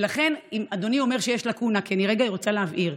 ולכן אם אדוני אומר שיש לקונה, אני רוצה להבהיר: